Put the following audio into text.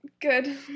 Good